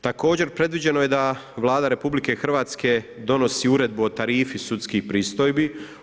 Također predviđeno je da Vlada RH donosi Uredbu o tarifi sudskih pristojbi.